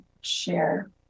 share